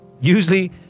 Usually